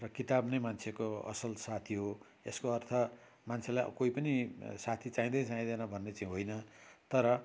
र किताब नै मान्छेको असल साथी हो यसको अर्थ मान्छेलाई कोही पनि साथी चाहिदैँ चाहिदैँन भन्ने चाहिँ होइन तर